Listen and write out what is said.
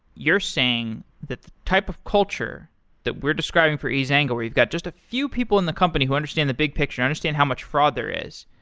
you're saying that the type of culture that we're describing for ezanga where you've got just a few people in the company who understand the big picture, understand how much fraud there is.